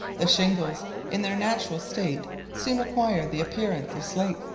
the shingles in their natural state soon acquire the appearance of slates,